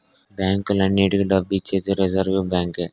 బ్యాంకులన్నింటికీ డబ్బు ఇచ్చేది రిజర్వ్ బ్యాంకే